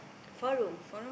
four room